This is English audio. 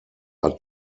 are